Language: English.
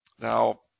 Now